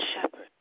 shepherd